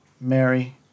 Mary